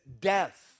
death